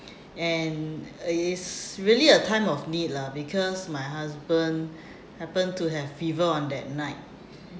and it's really a time of need lah because my husband happened to have fever on that night